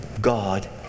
God